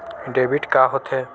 Debit का होथे?